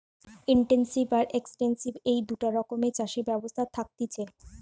intensive আর extensive এই দুটা রকমের চাষের ব্যবস্থা থাকতিছে